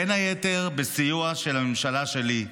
בין היתר בסיוע של הממשלה שלי,